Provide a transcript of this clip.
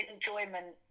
enjoyment